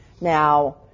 Now –